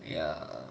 ya